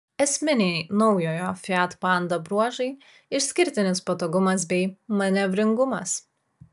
esminiai naujojo fiat panda bruožai išskirtinis patogumas bei manevringumas